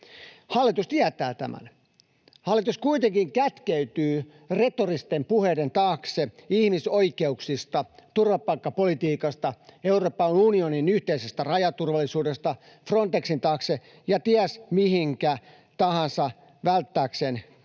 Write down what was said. Hallitus tietää tämän. Hallitus kuitenkin kätkeytyy retoristen puheiden taakse ihmisoikeuksista, turvapaikkapolitiikasta, Euroopan unionin yhteisestä rajaturvallisuudesta, Frontexin taakse ja ties mihinkä tahansa välttääkseen